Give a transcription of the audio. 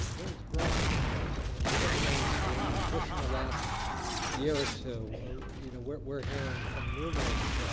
there's growing interest within the mainstream now just in the last year or two you know we're hearing from numerous